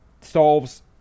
solves